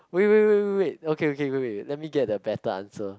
wait wait wait wait wait okay okay wait let me get a better answer